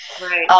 Right